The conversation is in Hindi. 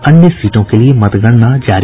अन्य सीटों के लिए मतगणना जारी